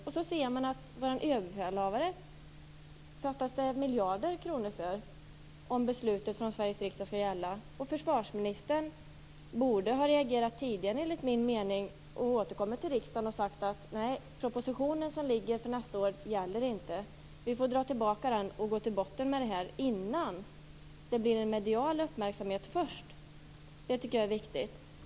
Man ser nu att det fattas miljarder kronor för överbefälhavaren, om Sveriges riksdags beslut skall gälla. Enligt min mening borde försvarsministern ha reagerat tidigare, återkommit till riksdagen och sagt: Nej, den proposition som beslutats för nästa år gäller inte. Vi får dra tillbaka den och gå till botten med det här innan det blir en medial uppmärksamhet kring detta. Detta tycker jag är viktigt.